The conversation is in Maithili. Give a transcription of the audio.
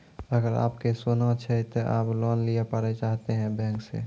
अगर आप के सोना छै ते आप लोन लिए पारे चाहते हैं बैंक से?